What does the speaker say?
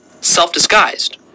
self-disguised